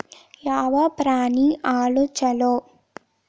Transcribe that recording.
ಯಾವ ಪ್ರಾಣಿ ಹಾಲು ಛಲೋ?